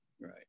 Right